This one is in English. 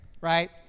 right